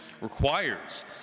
requires